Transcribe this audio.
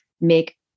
make